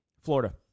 Florida